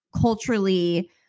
culturally –